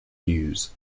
news